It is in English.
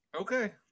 Okay